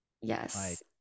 Yes